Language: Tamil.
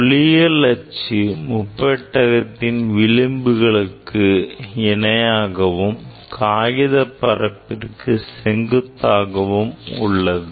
ஒளியியல் அச்சு முப்பெட்டகத்தின் விளிம்புகளுக்கு இணையாகவும் காகிதத்தின் பரப்பிற்கு செங்குத்தாகவும் உள்ளது